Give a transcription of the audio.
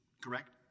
correct